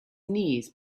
knees